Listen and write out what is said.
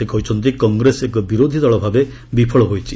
ସେ କହିଛନ୍ତି କଂଗ୍ରେସ ଏକ ବିରୋଧୀ ଦଳ ଭାବେ ବିଫଳ ହୋଇଛି